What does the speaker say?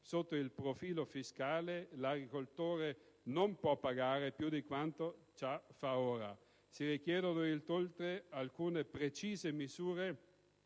sotto il profilo fiscale, l'agricoltore non può pagare più di quanto già fa ora. Si richiedono inoltre alcune precise misure